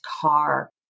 car